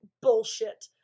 bullshit